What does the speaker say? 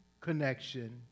connection